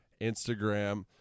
instagram